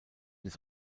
des